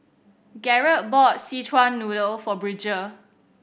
Garret bought Szechuan Noodle for Bridger